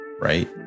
right